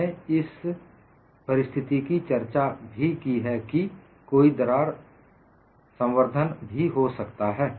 हमने यह इस परिस्थिति की चर्चा भी की है कि कोई स्थिर दरार संवर्धन भी हो सकता है